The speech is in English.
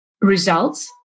results